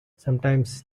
sometimes